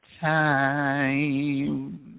time